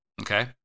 okay